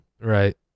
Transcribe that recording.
Right